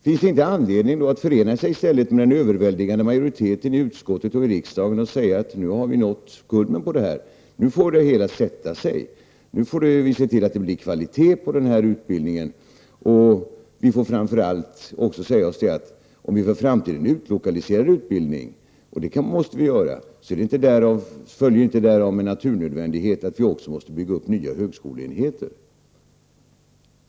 Finns det inte anledning att i stället förena sig med den överväldigande majoriteten i utskottet och i riksdagen och säga att nu har vi nått kulmen, nu får det hela sätta sig, nu får vi se till att det blir kvalitet på den här utbildningen? Och framför allt: Om vi för framtiden utlokaliserar utbildning — och det måste vi göra — så följer inte därav med naturnödvändighet att vi också måste bygga upp nya högskoleenheter.